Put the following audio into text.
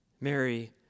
Mary